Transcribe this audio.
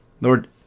Lord